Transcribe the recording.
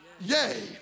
Yay